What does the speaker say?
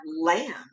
land